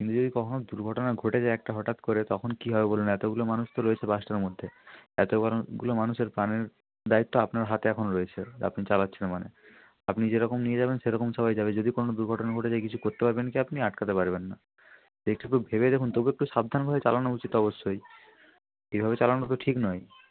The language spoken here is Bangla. কিন্তু যদি কখনও দুর্ঘটনা ঘটে যায় একটা হটাৎ করে তখন কী হবে বলুন এতগুলো মানুষ তো রয়েছে বাসটার মধ্যে এত বড়ো গুলো মানুষের প্রাণের দায়িত্ব আপনার হাতে এখন রয়েছে আপনি চালাচ্ছেন মানে আপনি যেরকম নিয়ে যাবেন সেরকম সবাই যাবে যদি কোনো দুর্ঘটনা ঘটে যায় কিছু কোত্তে পারবেন কি আপনি আটকাতে পারবেন না এইটুকু ভেবে দেখুন তবু একটু সাবধানভাবে চালানো উচিত অবশ্যই এভাবে চালানো তো ঠিক নয়